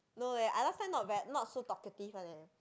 no leh I last time not very not so talkative one leh